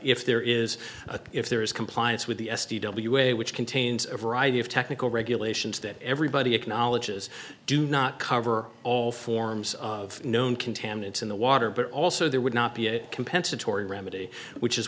if there is a if there is compliance with the s d w a which contains a variety of technical regulations that everybody acknowledges do not cover all forms of known contaminants in the water but also there would not be a compensatory remedy which is